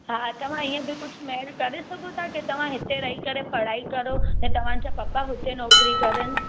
हा तव्हां इए बि कुझु महिर करे सघो था के तव्हां हिते रही करे पढ़ाई करो ऐं तव्हांजा पप्पा हुते नौकिरी करनि